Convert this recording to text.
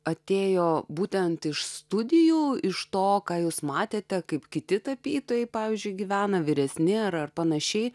atėjo būtent iš studijų iš to ką jūs matėte kaip kiti tapytojai pavyzdžiui gyvena vyresni ar panašiai